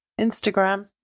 Instagram